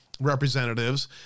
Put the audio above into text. representatives